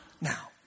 now